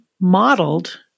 modeled